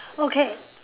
okay